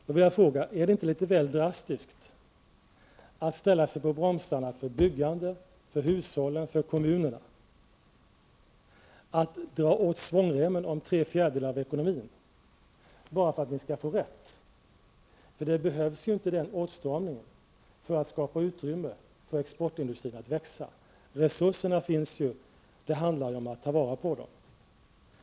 Då vill jag fråga: Är det inte litet väl drastiskt att ställa sig på bromsarna för byggande, för hushållen och för kommunerna, att dra åt svångremmen om tre fjärdedelar av ekonomin, bara för att ni skall få rätt? Den åtstramningen behövs ju inte för att skapa utrymme för exportindustrin att växa. Resurserna finns. Det handlar om att ta vara på dem.